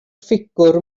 ffigwr